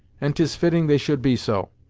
and tis fitting they should be so.